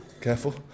careful